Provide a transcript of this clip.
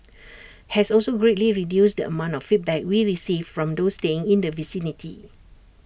has also greatly reduced the amount of feedback we received from those staying in the vicinity